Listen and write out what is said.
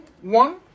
one